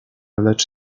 lecz